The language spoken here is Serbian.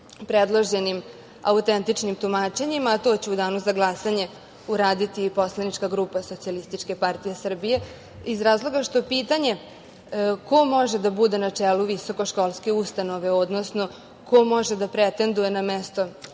predloženim autentičnim tumačenjima, a to ću u danu za glasanje uraditi i poslanička grupa SPS, iz razloga što pitanje ko može da bude na čelu visokoškolske ustanove, odnosno, ko može da pretenduje na mesto